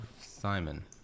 Simon